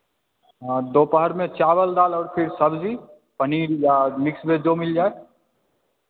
हाँ दोपहर में चावल दाल और फिर सब्ज़ी पनीर या मिक्स वेज जो मिल जाए